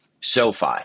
SoFi